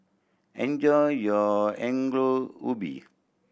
enjoy your Ongol Ubi